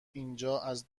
اینجااز